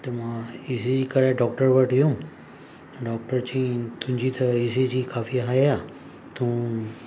त मां E C G कराए डॉक्टर वटि वयुमि डॉक्टर चई तुंहिंजी त ई सी जी काफ़ी हाए आहे तूं